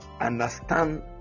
understand